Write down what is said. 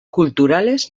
culturales